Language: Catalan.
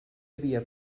havia